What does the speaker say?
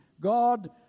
God